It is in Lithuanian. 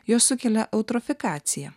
jos sukelia eutrofikaciją